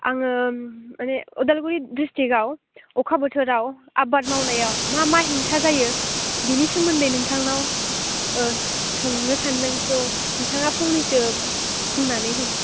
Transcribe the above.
आङो माने अदालगुरि डिस्टिक्टआव अखा बोथोराव आबाद मावनायाव मा मा हेंथा जायो बेनि सोमोन्दै नोंथांनाव सोंनो सान्दों त' नोंथाङा फंनैसो बुंनानै हो